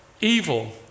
evil